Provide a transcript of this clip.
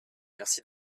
merci